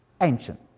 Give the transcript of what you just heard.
ancient